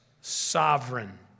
sovereign